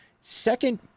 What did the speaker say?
Second